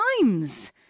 times